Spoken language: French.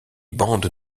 bandes